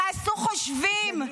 תעשו חושבים,